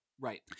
Right